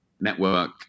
network